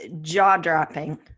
jaw-dropping